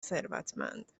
ثروتمند